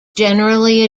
generally